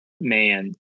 Man